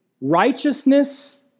righteousness